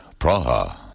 Praha